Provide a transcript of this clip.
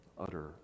utter